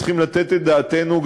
כי זאת הארץ שלנו.